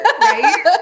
right